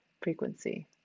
frequency